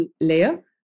layer